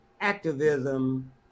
activism